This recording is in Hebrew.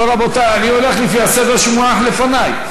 לא, רבותי, אני הולך לפי הסדר שמונח לפני.